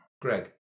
Greg